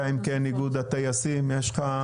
אלא אם כן איגוד הטייסים יש לך?